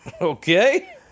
Okay